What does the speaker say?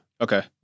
Okay